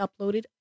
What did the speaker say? uploaded